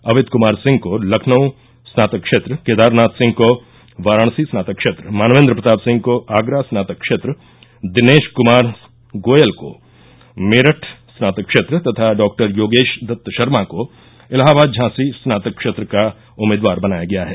अवित कुमार सिंह को लखनऊ स्नातक क्षेत्र केदारनाथ सिंह को वाराणसी स्नातक क्षेत्र मानवेन्द्र प्रताप सिंह को आगरा स्नातक क्षेत्र दिनेश क्मार गोयल को मेरठ स्नातक क्षेत्र तथा डॉक्टर योगेश दत्त शर्मा को इलाहाबाद झांसी स्नातक क्षेत्र का उम्मीदवार बनाया गया है